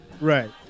Right